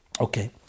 Okay